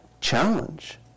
challenge